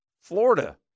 Florida